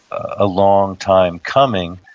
a long time coming,